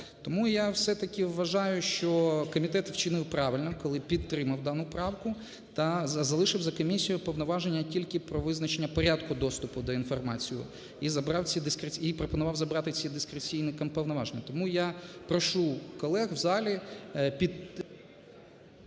Тому я все-таки вважаю, що комітет вчинив правильно, коли підтримав дану правку та залишив за комісією повноваження тільки про визначення порядку доступу до інформації і пропонував забрати ці дискримінаційні повноваження. Тому я прошу колег в залі… ГОЛОВУЮЧИЙ.